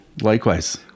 Likewise